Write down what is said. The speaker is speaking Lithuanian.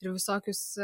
ir visokius